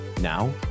now